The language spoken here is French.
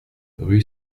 rue